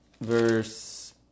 verse